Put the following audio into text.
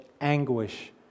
anguish